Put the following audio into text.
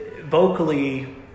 vocally